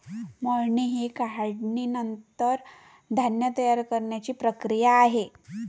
मळणी ही काढणीनंतर धान्य तयार करण्याची प्रक्रिया आहे